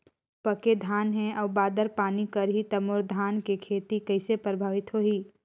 पके धान हे अउ बादर पानी करही त मोर धान के खेती कइसे प्रभावित होही?